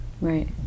Right